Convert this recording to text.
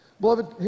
Beloved